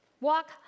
Walk